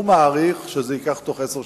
הוא מעריך שזה ייקח עשר שנים.